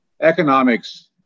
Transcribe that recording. economics